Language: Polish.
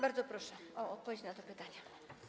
Bardzo proszę o odpowiedź na te pytania.